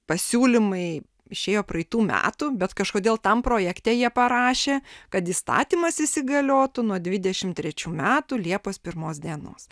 pasiūlymai išėjo praeitų metų bet kažkodėl tam projekte jie parašė kad įstatymas įsigaliotų nuo dvidešim trečių metų liepos pirmos dienos